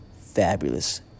fabulous